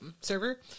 server